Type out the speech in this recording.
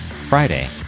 Friday